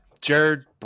Jared